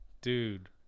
Dude